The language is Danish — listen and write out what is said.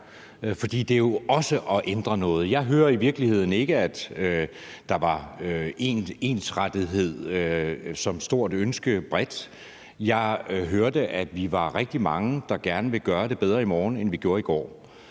for det er jo også at ændre noget. Jeg hører i virkeligheden ikke, at ensrettethed var et stort ønske bredt set; jeg hørte, at vi er rigtig mange, der gerne vil gøre det bedre i morgen, end vi gjorde i går.